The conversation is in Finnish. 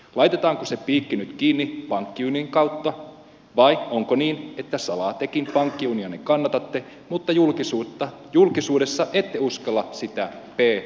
laitetaanko se piikki kiinni nyt pankkiunionin kautta vai onko niin että salaa tekin pankkiunionia kannatatte mutta julkisuudessa ette uskalla sitä p sanaa käyttää